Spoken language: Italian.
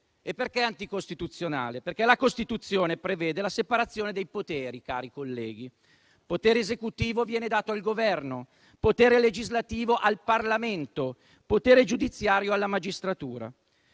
Perché è anticostituzionale? Perché la Costituzione prevede la separazione dei poteri, cari colleghi. Il potere esecutivo viene dato al Governo, il potere legislativo al Parlamento, il potere giudiziario alla magistratura.